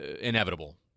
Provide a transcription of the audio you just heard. inevitable